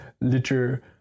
liter